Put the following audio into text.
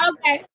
Okay